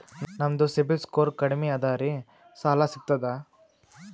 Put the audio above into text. ನಮ್ದು ಸಿಬಿಲ್ ಸ್ಕೋರ್ ಕಡಿಮಿ ಅದರಿ ಸಾಲಾ ಸಿಗ್ತದ?